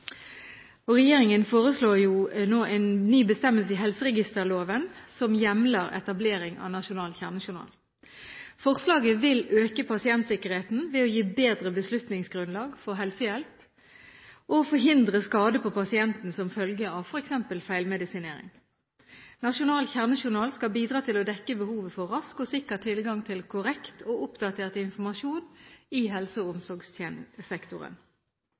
kjernejournal. Regjeringen foreslår nå en ny bestemmelse i helseregisterloven som hjemler etablering av nasjonal kjernejournal. Forslaget vil øke pasientsikkerheten ved å gi bedre beslutningsgrunnlag for helsehjelp og forhindre skade på pasienten som følge av f.eks. feilmedisinering. Nasjonal kjernejournal skal bidra til å dekke behovet for rask og sikker tilgang til korrekt og oppdatert informasjon i helse- og